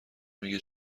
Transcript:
میگه